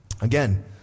Again